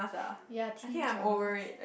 ya teen dramas